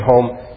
home